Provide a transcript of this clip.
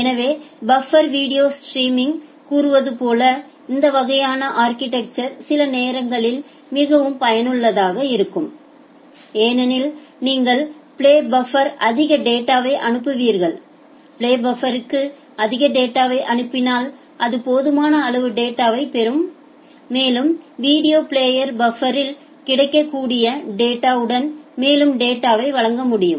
எனவே buffer video streaming கூறுவதுபோல இந்த வகையான அா்கிடெக்சா் சில நேரங்களில் மிகவும் பயனுள்ளதாக இருக்கும் ஏனெனில் நீங்கள் பிளே பஃப்பருக்கு அதிக டேட்டாவை அனுப்புவீர்கள் பிளே பஃப்பருக்கு அதிக டேட்டாவை அனுப்பினால் அது போதுமான அளவு டேட்டாவை பெறும் மேலும் வீடியோ பிளேயர் பஃப்பர் யில் கிடைக்கக்கூடிய டேட்டா உடன் மேலும் டேட்டாவைவழங்க முடியும்